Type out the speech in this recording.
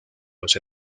los